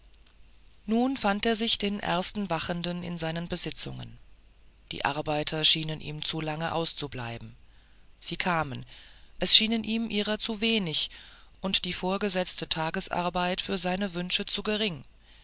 nun fand er sich den ersten wachenden in seinen besitzungen die arbeiter schienen ihm zu lange auszubleiben sie kamen es schienen ihm ihrer zu wenig und die vorgesetzte tagesarbeit für seine wünsche zu gering